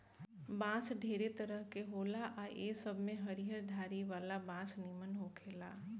बांस ढेरे तरह के होला आ ए सब में हरियर धारी वाला बांस निमन होखेला